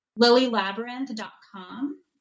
lilylabyrinth.com